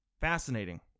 Fascinating